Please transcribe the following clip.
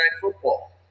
Football